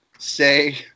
Say